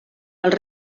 els